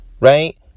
right